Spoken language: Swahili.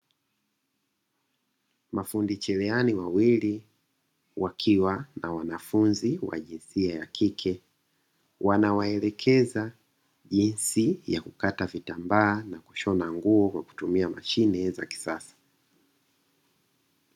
Mafundi cherehani wawili wakiwa na wanafunzi wa jinsia ya kike, wanawaelekeza jinsi ya kukata vitambaa na kushona nguo kwa kutumia mashine ya kisasa.